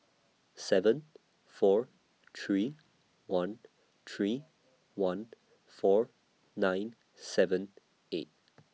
seven four three one three one four nine seven eight